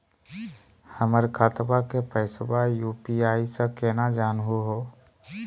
हमर खतवा के पैसवा यू.पी.आई स केना जानहु हो?